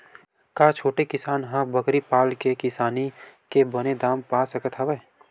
का छोटे किसान ह बकरी पाल के किसानी के बने दाम पा सकत हवय?